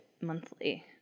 monthly